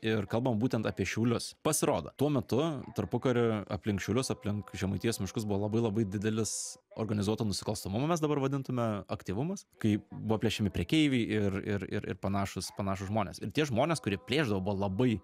ir kalbam būtent apie šiaulius pasirodo tuo metu tarpukariu aplink šiaulius aplink žemaitijos miškus buvo labai labai didelis organizuotu nusikalstamumu mes dabar vadintume aktyvumas kai buvo plėšiami prekeiviai ir ir ir ir panašūs panašūs žmonės tie žmonės kurie plėšdavo buvo labai